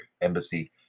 embassy